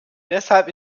deshalb